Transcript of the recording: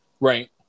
Right